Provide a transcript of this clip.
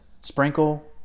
Sprinkle